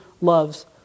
loves